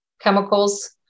chemicals